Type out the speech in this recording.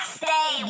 stay